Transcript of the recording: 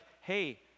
hey